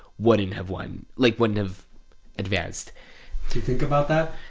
wouldn't have won, like wouldn't have advanced do you think about that?